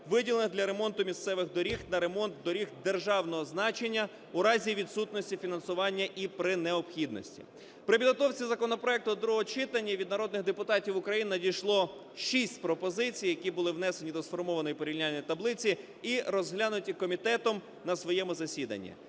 виділених для ремонту місцевих доріг, на ремонт доріг державного значення в разі відсутності фінансування і при необхідності. При підготовці законопроекту до другого читання від народних депутатів України надійшло шість пропозицій, які були внесені до сформованої порівняльної таблиці і розглянуті комітетом на своєму засіданні.